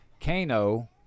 Kano